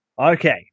Okay